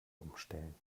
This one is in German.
umstellen